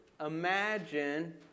imagine